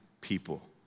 people